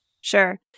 sure